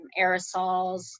aerosols